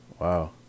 Wow